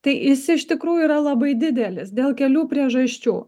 tai jis iš tikrųjų yra labai didelis dėl kelių priežasčių